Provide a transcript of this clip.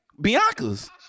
Bianca's